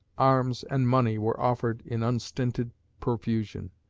arms, and money were offered in unstinted profusion,